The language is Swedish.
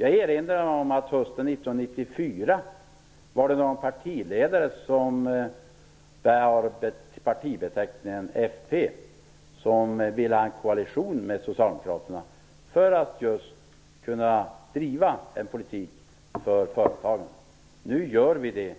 Jag erinrar mig att partiledaren för Folkpartiet hösten 1994 ville ha en koalition med Socialdemokraterna just för att kunna driva en politik för företagarna. Nu gör vi det.